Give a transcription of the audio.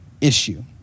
issue